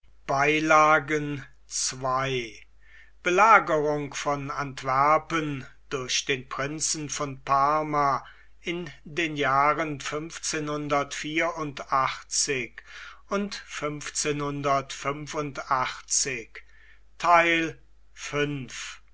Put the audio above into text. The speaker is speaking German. ii belagerung von antwerpen durch den prinzen von parma in den jahren